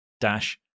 dash